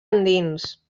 endins